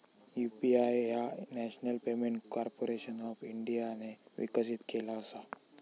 UPI ह्या national payment corporation of इंडियाने विकसित केला असा